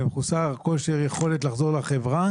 ומחוסר יכולת לחזור לחברה